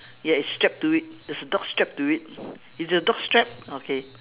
ya it's strapped to it there's a dog strapped to it is your dog strapped okay